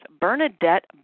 Bernadette